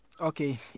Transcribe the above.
okay